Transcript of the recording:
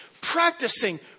practicing